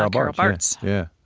ah carol bartz yeah.